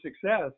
success